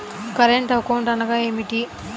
Current account అనగా ఏమిటి?